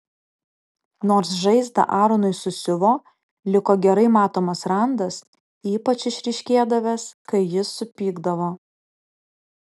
nors žaizdą aronui susiuvo liko gerai matomas randas ypač išryškėdavęs kai jis supykdavo